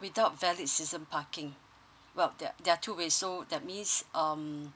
without valid season parking well there are two ways so that means um